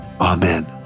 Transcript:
Amen